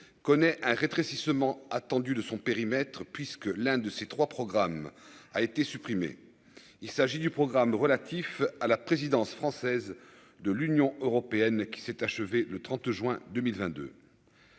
connaît un rétrécissement attendu de son périmètre puisque l'un de ces 3 programmes a été supprimé, il s'agit du programme relatif à la présidence française de l'Union européenne qui s'est achevée le 30 juin 2022.